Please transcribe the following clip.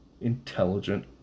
intelligent